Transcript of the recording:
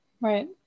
Right